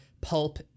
Pulp